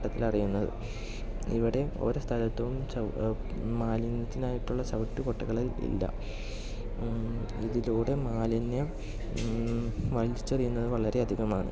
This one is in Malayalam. നോട്ടത്തിൽ അറിയുന്നത് ഇവിടെ ഓരോ സ്ഥലത്തും ച മാലിന്യത്തിനായിട്ടുള്ള ചവിട്ടു കൊട്ടകൾ ഇല്ല ഇതിലൂടെ മാലിന്യം വലിച്ച് എറിയുന്നത് വളരെ അധികമാണ്